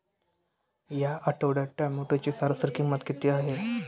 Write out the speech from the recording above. या आठवड्यात टोमॅटोची सरासरी किंमत किती आहे?